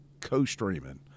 co-streaming